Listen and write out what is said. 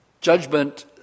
judgment